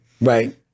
Right